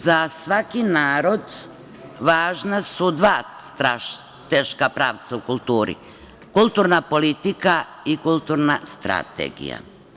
Za svaki narod važna su dva strateška pravca u kulturi – kulturna politika i kulturna strategija.